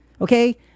Okay